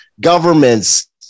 governments